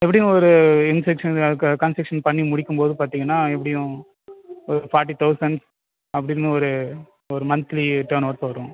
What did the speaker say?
எப்படியும் ஒரு இன்செக்ஷன் க கன்ஸ்ட்ரக்ஷன் பண்ணி முடிக்கும் போது பார்த்தீங்கனா எப்படியும் ஒரு ஃபாட்டி தௌசண்ட் அப்படின்னு ஒரு ஒரு மன்த்லி டேர்ன் ஓவர்ஸ் வரும்